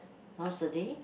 nowadays